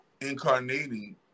incarnating